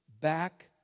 back